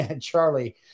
Charlie